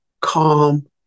calm